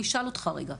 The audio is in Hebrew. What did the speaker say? אני אשאל אותך רגע,